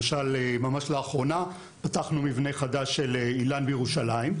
ממש לאחרונה פתחנו מבנה חדש של איל"ן בירושלים,